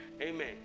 amen